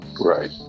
Right